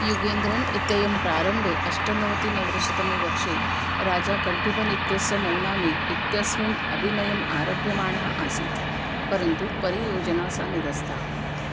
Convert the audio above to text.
युगेन्द्रन् इत्ययं प्रारम्भे अष्टनवतिनवदश तमे वर्षे राजा कण्ठीबन् इत्यस्य मौनामे इत्यस्मिन् अभिनयम् आरभ्यमाणः आसीत् परन्तु परियोजना सा निरस्ता